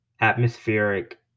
atmospheric